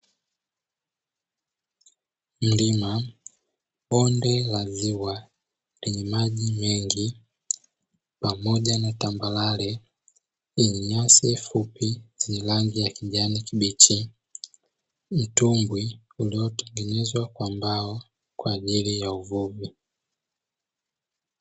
Mlima, bonde la ziwa lenye maji mengi pamoja na tambarare lenye nyasi fupi zenye rangi ya kijani kibichi, mtumbwi uliotengenezwa kwa mbao kwa ajili ya uvuvi.